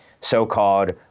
so-called